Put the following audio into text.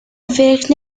فکر